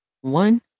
one